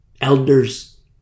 elders